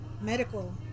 medical